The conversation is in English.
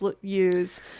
use